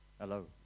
Hello